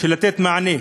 בשביל לתת מענה.